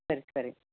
சரி சரி